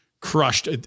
crushed